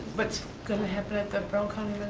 what's gonna happen at the brown county